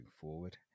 forward